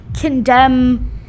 condemn